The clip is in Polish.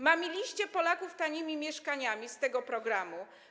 Mamiliście Polaków tanimi mieszkaniami z tego programu.